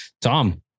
Tom